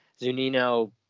zunino